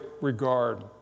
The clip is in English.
regard